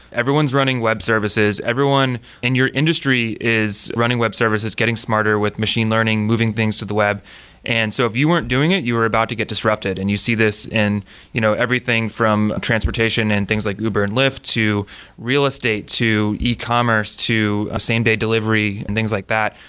everyone's running web services, everyone in your industry is running web services getting smarter with machine learning, moving things to the web and so if you weren't doing it, you were about to get disrupted. and you see this in you know everything from transportation and things like uber and lyft to real estate, to e-commerce, to ah same-day delivery and things like that.